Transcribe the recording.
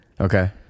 Okay